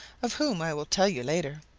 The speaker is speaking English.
of whom i will tell you later.